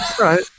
right